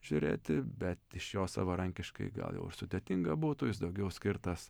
žiūrėti bet iš jo savarankiškai gal jau ir sudėtinga būtų jis daugiau skirtas